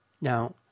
Now